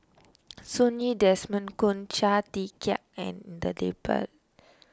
Sun Yee Desmond Kon Chia Tee Chiak and the